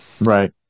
Right